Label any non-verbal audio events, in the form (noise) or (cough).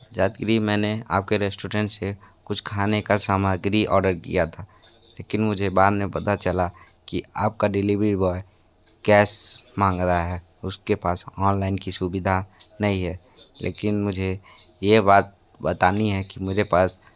(unintelligible) मैंने आप के रेस्टोरेंट से कुछ खाने की सामग्री आर्डर किया था लेकिन मुझे बाद में पता चला कि आप का डिलीवरी बॉय कैस माँग रहा है उस के पास ऑनलाइन की सुविधा नहीं है लेकिन मुझे ये बात बताना है कि मेरे पास